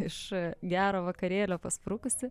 iš gero vakarėlio pasprukusi